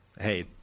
hey